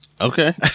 okay